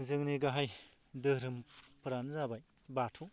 जोंनि गाहाय धोरोमफोरानो जाबाय बाथौ